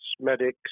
medics